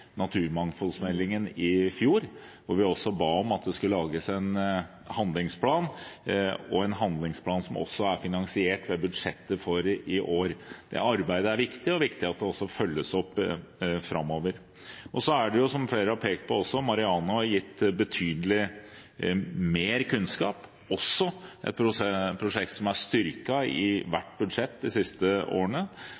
i fjor, hvor vi også ba om at det skal lages en handlingsplan – en handlingsplan som også er finansiert ved budsjettet for i år. Det arbeidet er viktig, og det er også viktig at det følges opp framover. Flere har pekt på at MAREANO har gitt betydelig mer kunnskap – også et prosjekt som er styrket i